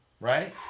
Right